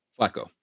Flacco